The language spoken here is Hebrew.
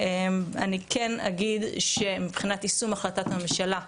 אני כן אגיד שמבחינת יישום החלטת הממשלה,